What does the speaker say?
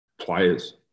players